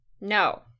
No